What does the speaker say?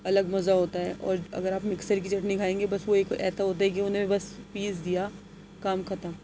الگ مزہ ہوتا ہے اور اگر آپ مکسر کی چٹنی کھائیں گے بس وہ ایک ایسا ہوتا ہے کہ اُنہیں بس پیس دیا کام ختم